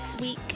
week